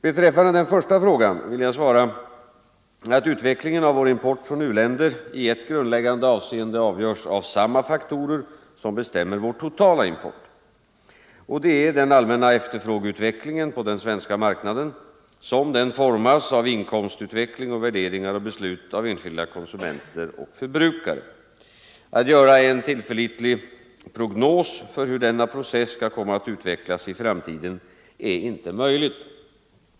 Beträffande den första frågan vill jag svara att utvecklingen av vår import från u-länder i ett grundläggande avseende avgörs av samma faktorer, som bestämmer vår totala import. Och det är den allmänna efterfrågeutvecklingen på den svenska marknaden, som den formas av inkomstutveckling och värderingar samt beslut av enskilda konsumenter 195 och förbrukare. Att göra en tillförlitlig prognos för hur denna process skall komma att utvecklas i framtiden är inte möjligt.